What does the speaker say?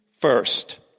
first